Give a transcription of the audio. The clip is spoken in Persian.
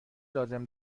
لازم